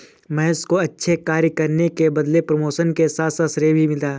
महेश को अच्छे कार्य करने के बदले प्रमोशन के साथ साथ श्रेय भी मिला